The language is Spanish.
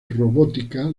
robótica